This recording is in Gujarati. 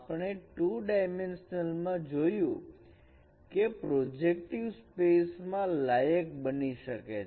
આપણે 2 ડાયમેન્શન માં જોયે છે કે પ્રોજેક્ટિવ સ્પેસ મા લાયક બની શકે છે